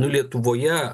nu lietuvoje